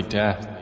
death